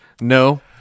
No